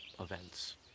events